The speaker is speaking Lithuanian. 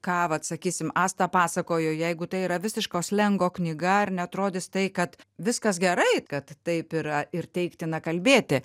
ką vat sakysim asta pasakojo jeigu tai yra visiško slengo knyga ar neatrodys tai kad viskas gerai kad taip yra ir teiktina kalbėti